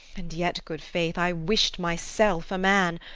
and yet, good faith, i wish'd myself a man,